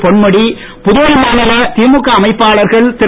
பொன்முடி புதுவை மாநில திமுக அமைப்பாளர்கள் திரு